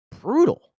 brutal